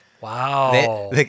wow